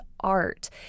art